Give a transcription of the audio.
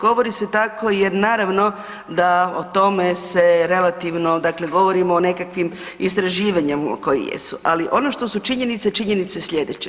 Govori se tako jer naravno da o tome se relativno dakle govorimo o nekakvim istraživanjima koja jesu ali ono što su činjenice, činjenice su slijedeće.